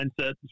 mindset